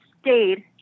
stayed